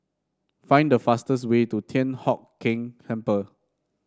find the fastest way to Thian Hock Keng Temple